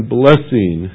blessing